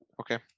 Okay